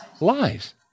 lies